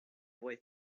boy